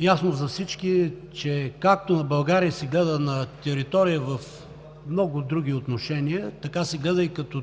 Ясно е за всички, че както на България се гледа на територия в много други отношения, така се гледа и като